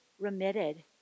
remitted